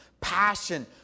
passion